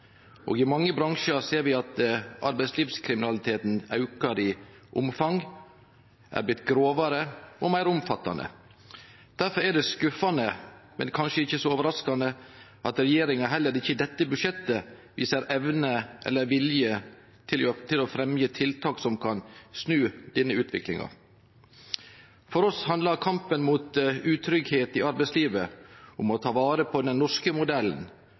og i mange bransjar ser vi at arbeidslivskriminaliteten aukar i omfang og er blitt grovare og meir omfattande. Difor er det skuffande, men kanskje ikkje så overraskande, at regjeringa heller ikkje i dette budsjettet viser evne eller vilje til å fremje tiltak som kan snu denne utviklinga. For oss handlar kampen mot utryggleik i arbeidslivet om å ta vare på den norske modellen,